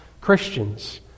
Christians